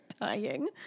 dying